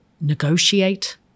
negotiate